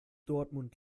dortmund